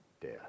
death